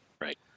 Right